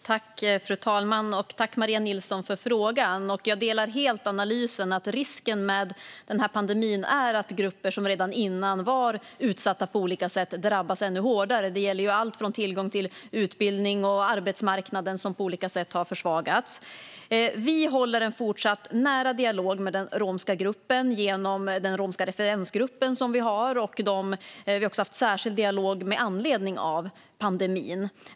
Fru talman! Tack, Maria Nilsson, för frågan! Jag delar helt analysen att risken med pandemin är att grupper som redan innan var utsatta på olika sätt drabbas ännu hårdare. Det gäller sådant som tillgång till utbildning och arbetsmarknaden, som på olika sätt har försvagats. Vi har en fortsatt nära dialog med den romska gruppen genom den romska referensgrupp som vi har, och vi har också haft en särskild dialog med anledning av pandemin.